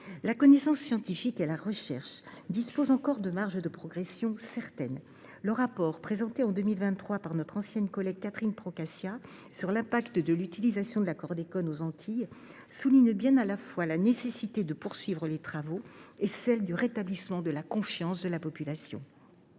La connaissance scientifique et la recherche disposent encore de marges de progression certaines. Le rapport remis en 2023 par notre ancienne collègue Catherine Procaccia sur l’impact de l’utilisation du chlordécone aux Antilles souligne bien la nécessité à la fois de poursuivre les travaux et de rétablir la confiance de la population.